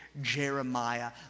Jeremiah